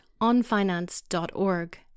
onfinance.org